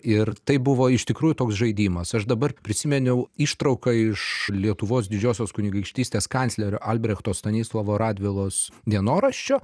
ir tai buvo iš tikrųjų toks žaidimas aš dabar prisiminiau ištrauką iš lietuvos didžiosios kunigaikštystės kanclerio albrechto stanislovo radvilos dienoraščio